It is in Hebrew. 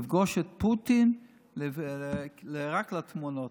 לפגוש את פוטין רק לתמונות.